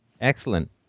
Excellent